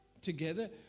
together